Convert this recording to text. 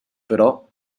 però